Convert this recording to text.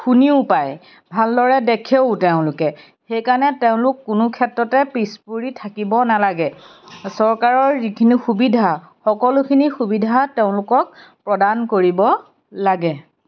শুনিও পায় ভালদৰে দেখেও তেওঁলোকে সেইকাৰণে তেওঁলোক কোনো ক্ষেত্ৰতে পিছ পৰি থাকিব নালাগে চৰকাৰৰ যিখিনি সুবিধা সকলোখিনি সুবিধা তেওঁলোকক প্ৰদান কৰিব লাগে